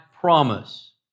promise